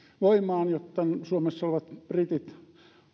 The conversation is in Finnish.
voimaan jotta suomessa olevat britit